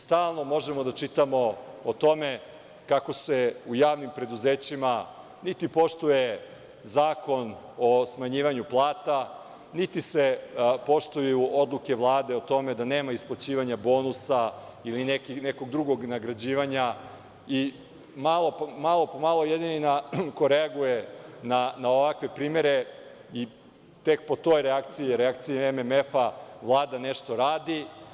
Stalno možemo da čitamo o tome kako se u javnim preduzećima niti poštuje zakon o smanjivanju plata, niti se poštuju odluke Vlade o tome da nema isplaćivanja bonusa ili nekog drugog nagrađivanja i malo po malo jedini koji reaguje na ovakve primere i tek po toj reakciji je, reakciji MMF-a, Vlada nešto radi.